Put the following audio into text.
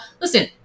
listen